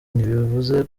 ntibivuze